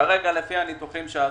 כרגע לפי הניתוחים שעשינו,